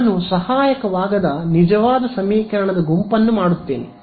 ನಾನು ಸಹಾಯಕವಾಗದ ನಿಜವಾದ ಸಮೀಕರಣದ ಗುಂಪನ್ನು ಮಾಡುತ್ತೇನೆ